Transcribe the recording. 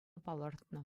палӑртнӑ